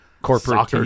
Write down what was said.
Corporate